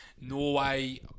Norway